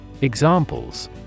EXAMPLES